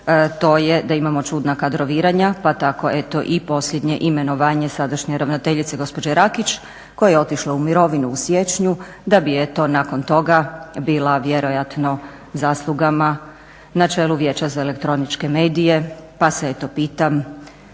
to je da imamo čudna kadroviranja pa tako i posljednje imenovanje sadašnje ravnateljice gospođe Rakić koja je otišla u mirovinu u siječnju da bi nakon toga bila vjerojatno zaslugama na čelu Vijeća za elektroničke medije pa se pitam